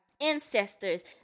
ancestors